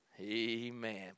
Amen